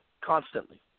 constantly